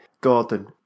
Gordon